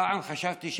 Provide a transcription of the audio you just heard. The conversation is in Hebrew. פעם חשבתי,